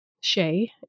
Shay